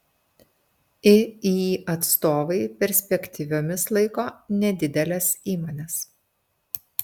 iį atstovai perspektyviomis laiko nedideles įmones